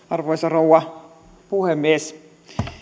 arvoisa rouva puhemies